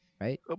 Right